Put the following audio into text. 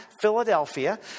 Philadelphia